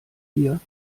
hier